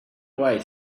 away